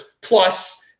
plus